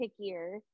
pickier